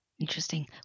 Interesting